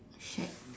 shag